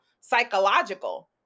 psychological